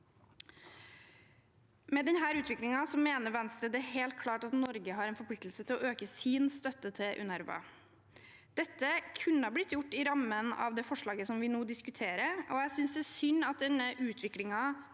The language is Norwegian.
Med denne utviklingen mener Venstre det er helt klart at Norge har en forpliktelse til å øke sin støtte til UNRWA. Dette kunne blitt gjort i rammen av det forslaget vi nå diskuterer, og jeg synes det er synd at denne utviklingen